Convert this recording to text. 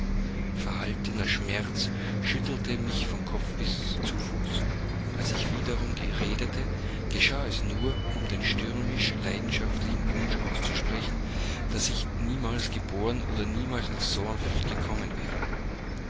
verhaltener schmerz schüttelte mich von kopf bis zu fuß als ich wiederum redete geschah es nur um den stürmisch leidenschaftlichen wunsch auszusprechen daß ich niemals geboren oder niemals nach thornfield gekommen wäre